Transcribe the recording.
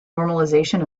normalization